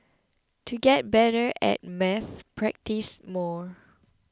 to get better at maths practise more